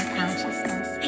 consciousness